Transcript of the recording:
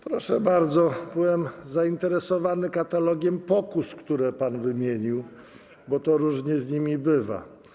Proszę bardzo, byłem zainteresowany katalogiem pokus, które pan wymienił, bo to różnie z nimi bywa.